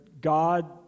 god